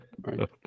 right